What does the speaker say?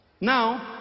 Now